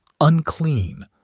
Unclean